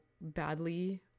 badly